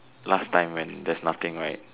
last time when there's nothing right